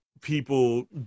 people